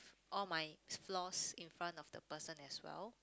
all my flaws in front of the person as well